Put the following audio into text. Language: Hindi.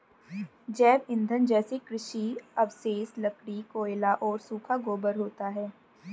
जैव ईंधन जैसे कृषि अवशेष, लकड़ी, कोयला और सूखा गोबर होता है